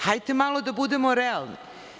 Hajte malo da budemo realni.